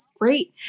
great